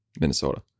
Minnesota